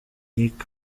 nick